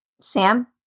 Sam